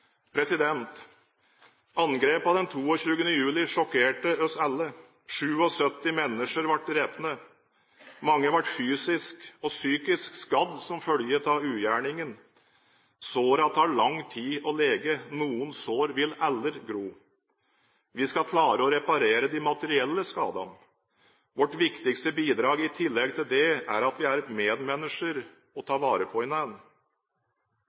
den 22. juli sjokkerte oss alle. 77 mennesker ble drept. Mange ble fysisk og psykisk skadd som følge av ugjerningene. Sårene tar lang tid å lege. Noen sår vil aldri gro. Vi skal klare å reparere de materielle skadene. Vårt viktigste bidrag i tillegg til det er at vi er medmennesker – og tar vare på